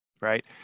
right